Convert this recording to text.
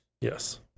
Yes